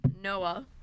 Noah